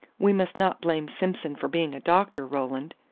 we must not blame simson for being a doctor, roland.